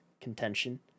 contention